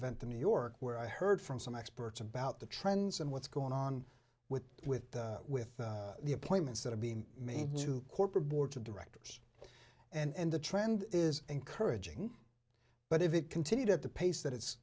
event in new york where i heard from some experts about the trends and what's going on with with with the appointments that are being made to corporate boards of directors and the trend is encouraging but if it continued at the pace that it's